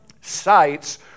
sites